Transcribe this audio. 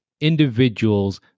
individuals